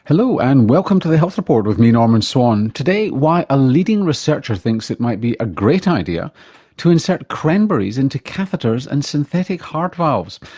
hello, and welcome to the health report with me, norman swan. today, why a leading researcher thinks it might be a great idea to insert cranberries into catheters and synthetic heart valves.